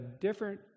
different